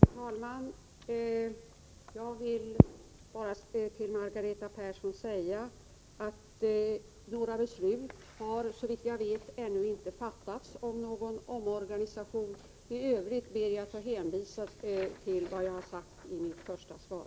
Herr talman! Jag vill bara till Margareta Persson säga att det, såvitt jag vet, ännu inte har fattats några beslut om omorganisation. I övrigt ber jag att få hänvisa till vad jag har sagt i mitt svar.